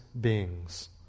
beings